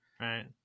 right